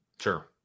Sure